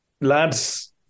lads